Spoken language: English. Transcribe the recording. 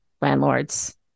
landlords